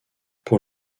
pour